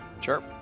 Sure